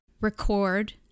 record